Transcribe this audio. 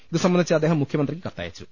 ഇതുസംബസിച്ച് അദ്ദേഹം മുഖ്യമന്ത്രിക്ക് കത്തയച്ചു